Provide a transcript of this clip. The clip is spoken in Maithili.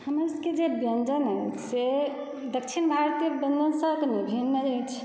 हमर सबके जे व्यञ्जन अछि से दक्षिण भारतीय व्यञ्जनसँ कने भिन्न अछि